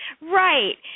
right